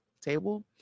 table